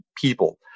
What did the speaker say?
people